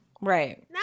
Right